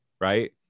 right